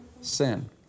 sin